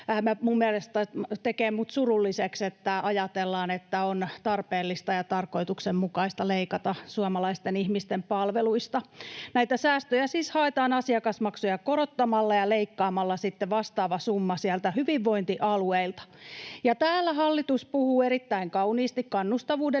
Se tekee minut surulliseksi, että ajatellaan, että on tarpeellista ja tarkoituksenmukaista leikata suomalaisten ihmisten palveluista. Näitä säästöjä siis haetaan asiakasmaksuja korottamalla ja leikkaamalla sitten vastaava summa sieltä hyvinvointialueilta. Täällä hallitus puhuu erittäin kauniisti kannustavuuden